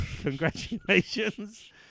Congratulations